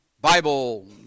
Bible